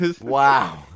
Wow